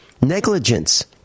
Negligence